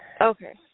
okay